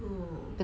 orh